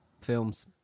films